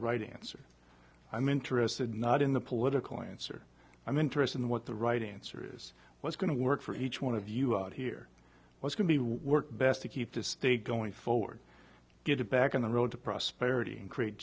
right answer i'm interested not in the political answer i'm interested in what the right answer is what's going to work for each one of you out here what can be worked best to keep this state going forward get it back on the road to prosperity and create